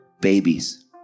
Babies